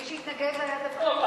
ומי שהתנגד לה היה דווקא הליכוד.